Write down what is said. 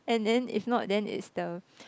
and then if not then is the